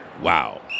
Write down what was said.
Wow